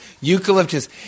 Eucalyptus